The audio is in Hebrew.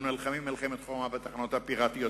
אנחנו נלחמים מלחמת חורמה בתחנות הפיראטיות.